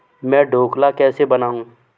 मैं ढोकला कैसे बनाऊँ